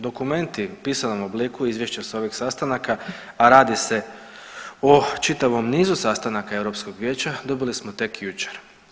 Dokumenti u pisanom obliku Izvješće sa ovih sastanaka, a radi se o čitavom nizu sastanaka Europskog vijeća dobili smo tek jučer.